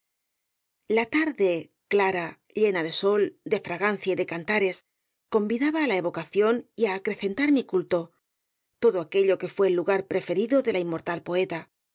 la tarde clara llena de sol de fragancia y de cantares convidaba á la evocación y á acrecentar mi culto todo aquello que fué el lugar preferido de la inmortal poeta